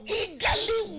eagerly